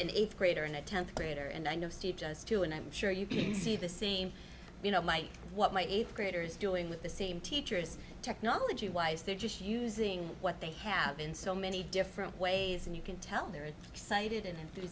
an eighth grader in a tenth grader and i know steve just two and i'm sure you can see the same you know might what my eighth graders doing with the same teacher is technology wise they're just using what they have in so many different ways and you can tell they're excited and